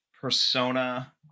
Persona